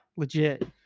Legit